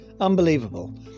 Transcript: Unbelievable